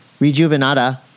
Rejuvenata